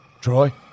Troy